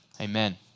Amen